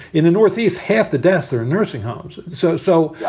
in the northeast, half the deaths there, and nursing homes. so so,